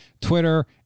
Twitter